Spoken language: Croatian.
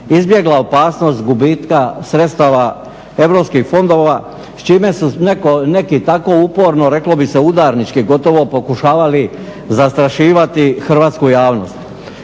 izbjegla opasnost gubitka sredstava europskih fondova s čime su neki tako uporno, reklo bi se udarnički gotovo pokušavali zastrašivati hrvatsku javnost.